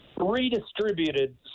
redistributed